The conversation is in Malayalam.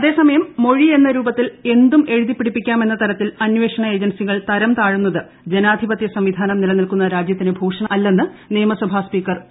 അതേസമയം മൊഴി എന്ന രൂപത്തിൽ എന്തും എഴുതിപ്പിടിപ്പി ക്കാമെന്ന തരത്തിൽ അന്വേഷണ ഏജൻസികൾ തരം താഴുന്നത് ജനാധിപത്യ സംവിധാനം നിലനിൽക്കുന്ന രാജ്യത്തിന് ഭൂഷണമ ല്ലെന്ന് നിയമസഭാ സ്പീക്കർ പി